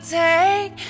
take